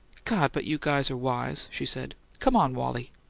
god, but you guys are wise! she said. come on, wallie.